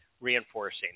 reinforcing